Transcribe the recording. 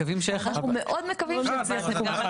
אנחנו מאוד מקווים שיצליח לקום אחד.